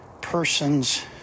person's